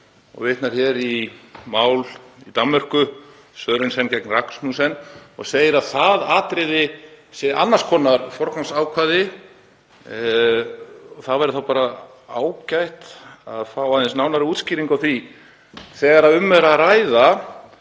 og vitnar hér í mál í Danmörku, Sørensen og Rasmussen, og segir að það atriði sé annars konar forgangsákvæði. Það væri þá bara ágætt að fá aðeins nánari útskýringu á því þegar haft er í huga